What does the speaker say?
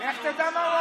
לך תדע מה הוא